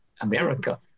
America